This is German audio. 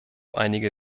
einige